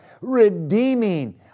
Redeeming